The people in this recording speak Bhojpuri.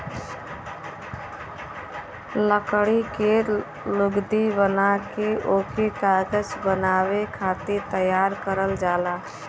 लकड़ी के लुगदी बना के ओके कागज बनावे खातिर तैयार करल जाला